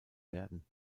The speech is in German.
werden